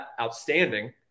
outstanding